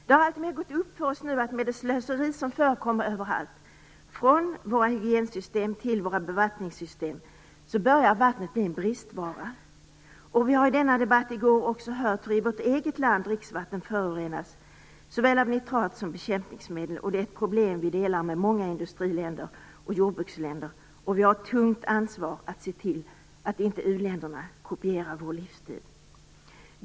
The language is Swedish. Det har alltmer gått upp för oss nu att med det slöseri som förekommer överallt, från våra hygiensystem till våra bevattningssystem, börjar vattnet bli en bristvara. Vi hörde i debatten i går hur dricksvatten förorenas i vårt eget land av såväl nitrat som bekämpningsmedel. Det är ett problem vi delar med många industriländer och jordbruksländer. Vi har ett tungt ansvar att se till att inte u-länderna kopierar vår livsstil.